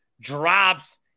drops